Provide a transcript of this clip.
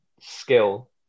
skill